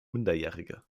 minderjährige